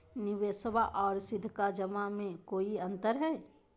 निबेसबा आर सीधका जमा मे कोइ अंतर हय?